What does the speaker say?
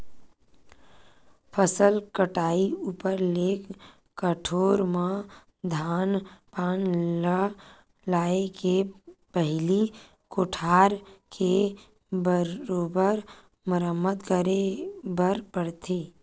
फसल कटई ऊपर ले कठोर म धान पान ल लाए के पहिली कोठार के बरोबर मरम्मत करे बर पड़थे